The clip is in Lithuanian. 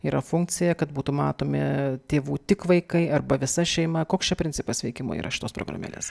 yra funkcija kad būtų matomi tėvų tik vaikai arba visa šeima koks čia principas veikimo yra šitos programėlės